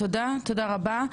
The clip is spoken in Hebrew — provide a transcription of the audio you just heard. תודה רבה לך.